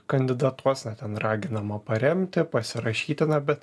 kandidatuos na ten raginama paremti pasirašyti na bet